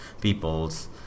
people's